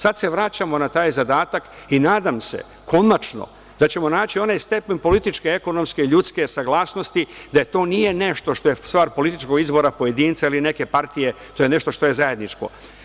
Sad se vraćamo na taj zadatak i nadam se, konačno, da ćemo naći onaj stepen političke, ekonomske, ljudske saglasnosti gde to nije nešto što je stvar političkog izbora pojedinca ili neke partije, to je nešto što je zajedničko.